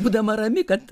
būdama rami kad